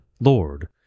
Lord